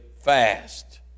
fast